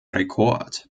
rekord